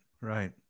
right